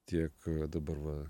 tiek dabar va